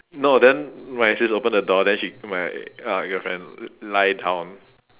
no then my sis open the door then she pull my uh girlfriend lie down